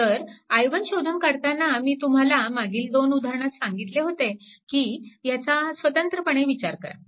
तर i1 शोधून काढताना मी तुम्हाला मागील दोन उदाहरणात सांगितले होते की ह्याचास्वतंत्रपणे विचार करा